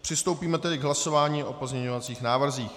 Přistoupíme tedy k hlasování o pozměňovacích návrzích.